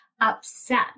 upset